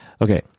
Okay